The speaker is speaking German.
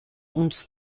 uns